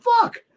fuck